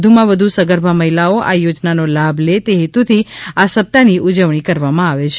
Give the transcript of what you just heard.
વધુમાં વધુ સગર્ભા મહિલાઓ આ યોજનાનો લાભ લે તે હેતુથી આ સપ્તાહની ઉજવણી કરવામાં આવે છે